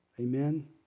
Amen